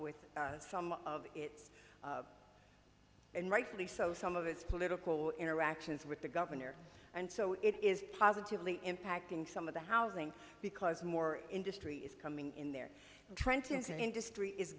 with some of it and rightfully so some of its political interactions with the governor and so it is positively impacting some of the housing because more industry is coming in there and trying to as an industry is